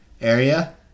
area